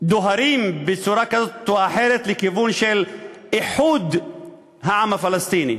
דוהרים בצורה כזאת או אחרת לכיוון של איחוד העם הפלסטיני,